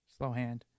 Slowhand